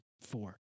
four